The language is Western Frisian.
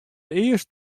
earst